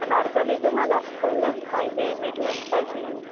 अनारकली तुम्हाला full length पाहिजे mid length पाहिजे